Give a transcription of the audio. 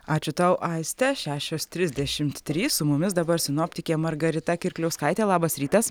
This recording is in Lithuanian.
ačiū tau aiste šešios trisdešimt trys su mumis dabar sinoptikė margarita kirkliauskaitė labas rytas